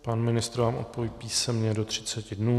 Pan ministr vám odpoví písemně do 30 dnů.